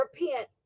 repent